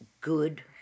good